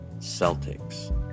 Celtics